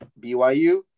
BYU